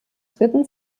dritten